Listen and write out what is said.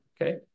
okay